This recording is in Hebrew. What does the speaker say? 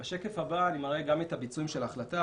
בשקף הבא אני מראה גם את הביצועים של ההחלטה.